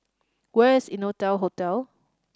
where is Innotel Hotel